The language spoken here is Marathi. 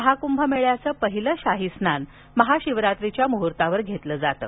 महाकुंभ मेळ्याचे पहिले शाही स्नान महाशिवरात्रीच्या मुहूर्तावर घेतले जाते